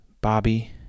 Bobby